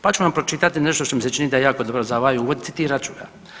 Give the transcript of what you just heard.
Pa ću vam pročitati što mi se čini da je jako dobro za ovaj uvod, citirat ću ga.